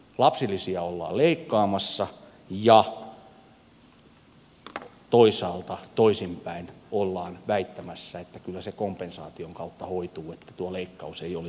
lapsilisiä ollaan leikkaamassa ja toisaalta toisinpäin ollaan väittämässä että kyllä se kompensaation kautta hoituu että tuo leikkaus ei olekaan totta